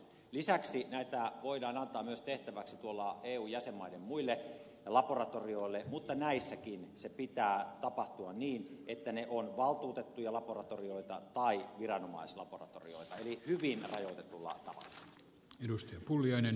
lisäksi näitä voidaan antaa tehtäväksi myös eu jäsenmaiden muille laboratorioille mutta niissäkin sen pitää tapahtua niin että ne ovat valtuutettuja laboratorioita tai viranomaislaboratorioita eli hyvin rajoitetulla tavalla